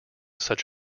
such